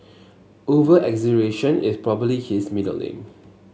over exaggeration is probably his middle name